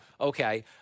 Okay